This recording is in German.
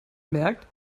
merkt